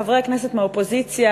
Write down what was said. חברי הכנסת מהאופוזיציה,